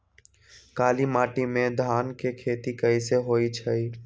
काली माटी में धान के खेती कईसे होइ छइ?